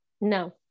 No